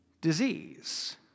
Disease